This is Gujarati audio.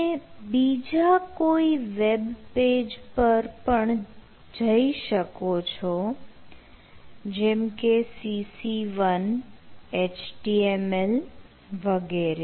તમે બીજા કોઈ વેબપેજ પર પણ જઈ શકો છો જેમકે cc1 HTML વગેરે